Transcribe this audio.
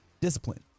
discipline